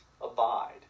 abide